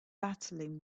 battling